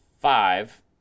five